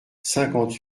cinquante